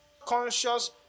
conscious